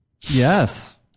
Yes